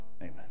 Amen